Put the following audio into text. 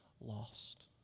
lost